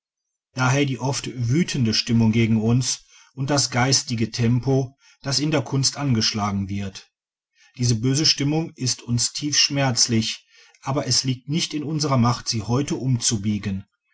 daher die oft wütende stimmung gegen uns und das geistige tempo das in der kunst angeschlagen wird diese böse stimmung ist uns tiefschmerzlich aber es liegt nicht in unserer macht sie heute umzubiegen